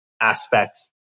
aspects